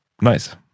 nice